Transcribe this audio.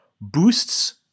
boosts